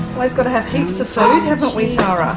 always got to have heaps of food, haven't we, tara?